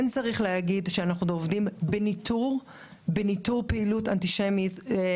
כן צריך להגיד שאנחנו עובדים בניטור פעילות אנטישמית